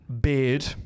Beard